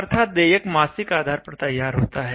अर्थात् देयक मासिक आधार पर तैयार होता है